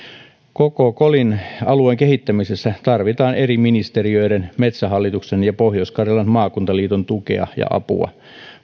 koko kolin alueen kehittämisessä tarvitaan eri ministeriöiden metsähallituksen ja pohjois karjalan maakuntaliiton tukea ja apua